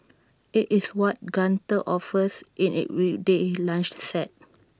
IT is what Gunther offers in its weekday lunch set